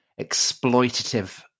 exploitative